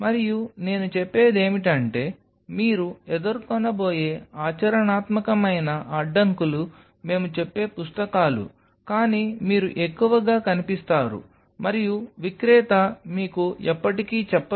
మరియు నేను చెప్పేదేమిటంటే మీరు ఎదుర్కొనబోయే ఆచరణాత్మకమైన అడ్డంకులు మేము చెప్పే పుస్తకాలు కానీ మీరు ఎక్కువగా కనిపిస్తారు మరియు విక్రేత మీకు ఎప్పటికీ చెప్పరు